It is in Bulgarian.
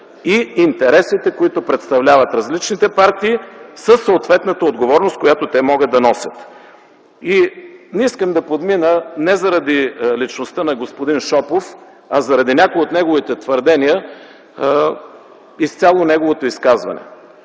и интересите, които представляват различните партии със съответната отговорност, която те могат да носят. Не искам да подмина, не заради личността на господин Шопов, а заради някои от неговите твърдения, изцяло неговото изказване.